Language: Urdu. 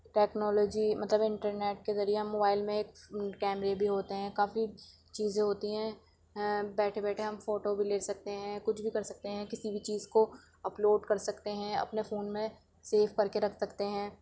ٹیکنالوجی مطلب انٹرنیٹ کے ذریعہ ہم موبائل میں ایکس کیمرے بھی ہوتے ہیں کافی چیزیں ہوتی ہیں بیٹھے بیٹھے ہم فوٹو بھی لے سکتے ہیں کچھ بھی کر سکتے ہیں کسی بھی چیز کو اپلوڈ کر سکتے ہیں اپنے فون میں سیو کر کے رکھ سکتے ہیں